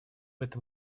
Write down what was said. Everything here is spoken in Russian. этом